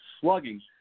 slugging